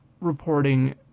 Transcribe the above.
reporting